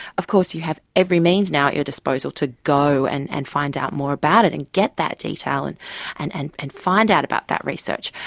of course you have every means now at your disposal to go and and find out more about it and get that detail and and and and find out about that research.